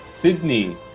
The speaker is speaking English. Sydney